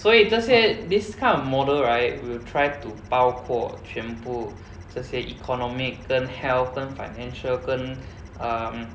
所以这些 this kind of model right we will try to 包括全部这些 economic 跟 health 跟 financial 跟 um